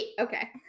okay